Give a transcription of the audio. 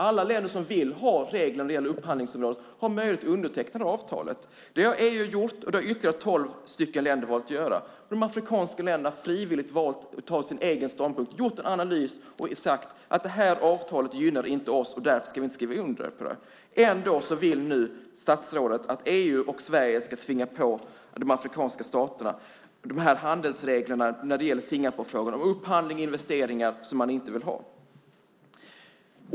Alla länder som vill ha regler för upphandlingsområdet har möjlighet att underteckna det avtalet. Det har EU gjort, och det har ytterligare tolv länder valt att göra. De afrikanska länderna har frivilligt valt att inta sin ståndpunkt. De har gjort en analys och sagt: Det här avtalet gynnar inte oss, och därför ska vi inte skriva under det. Ändå vill nu statsrådet att EU och Sverige ska tvinga på de afrikanska staterna handelsreglerna när det gäller Singaporereglerna om upphandling och investeringar som man inte vill ha.